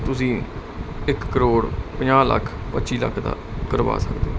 ਤੁਸੀਂ ਇਕ ਕਰੋੜ ਪੰਜਾਹ ਲੱਖ ਪੱਚੀ ਲੱਖ ਦਾ ਕਰਵਾ ਸਕਦੇ ਹੋ